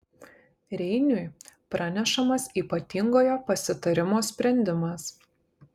reiniui pranešamas ypatingojo pasitarimo sprendimas